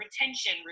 retention